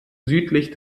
südlich